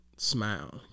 Smile